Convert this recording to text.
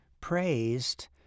praised